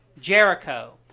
Jericho